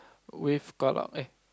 we've got up eh